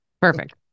Perfect